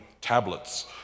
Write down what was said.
tablets